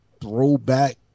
Throwback